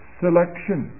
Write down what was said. selection